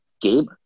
Gabe